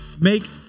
make